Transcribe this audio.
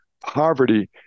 poverty